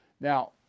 Now